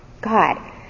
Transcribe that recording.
God